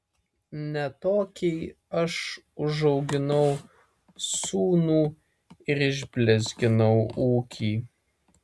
ne tokiai aš užauginau sūnų ir išblizginau ūkį